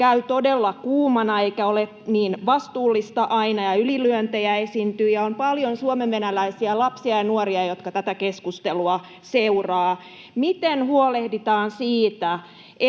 käy todella kuumana eikä ole niin vastuullista aina ja ylilyöntejä esiintyy, ja on paljon suomenvenäläisiä lapsia ja nuoria, jotka tätä keskustelua seuraavat: Miten huolehditaan siitä,